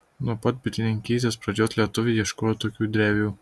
nuo pat bitininkystės pradžios lietuviai ieškojo tokių drevių